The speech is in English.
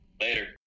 Later